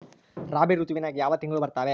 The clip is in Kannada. ರಾಬಿ ಋತುವಿನ್ಯಾಗ ಯಾವ ತಿಂಗಳು ಬರ್ತಾವೆ?